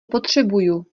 potřebuju